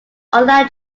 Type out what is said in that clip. online